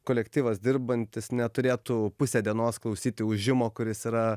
kolektyvas dirbantis neturėtų pusę dienos klausyti ūžimo kuris yra